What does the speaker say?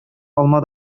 алма